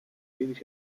wenig